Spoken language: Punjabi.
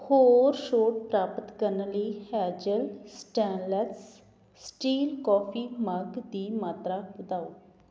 ਹੋਰ ਛੋਟ ਪ੍ਰਾਪਤ ਕਰਨ ਲਈ Hazel stainless steel coffee mug ਦੀ ਮਾਤਰਾ ਵਧਾਓ